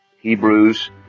Hebrews